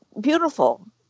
beautiful